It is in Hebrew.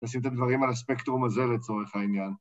‫לשים את הדברים על הספקטרום הזה ‫לצורך העניין.